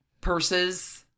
Purses